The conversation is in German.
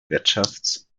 wirtschafts